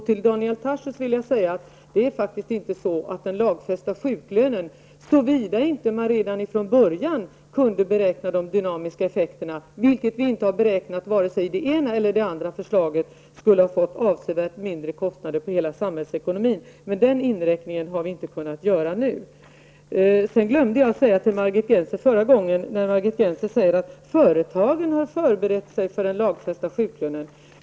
Till Daniel Tarschys vill jag säga att det faktiskt inte är så att den lagfästa sjuklönen -- såvida man inte redan från början kunnat beräkna de dynamiska effekterna, vilket vi inte kunde göra i vare sig det ena eller det andra förslaget -- skulle ha medfört avsevärt mindre kostnader för hela samhällsekonomin. Jag glömde att säga en sak till Margit Gennser förra gången. Hon sade att företagen har förberett sig för den lagfästa sjuklönen.